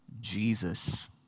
Jesus